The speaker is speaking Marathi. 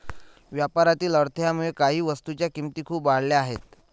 व्यापारातील अडथळ्यामुळे काही वस्तूंच्या किमती खूप वाढल्या आहेत